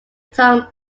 tom